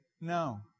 no